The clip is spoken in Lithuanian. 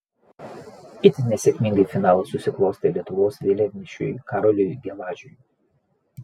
itin nesėkmingai finalas susiklostė lietuvos vėliavnešiui karoliui gelažiui